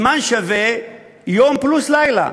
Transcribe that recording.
זמן שווה יום פלוס לילה.